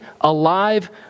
alive